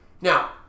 Now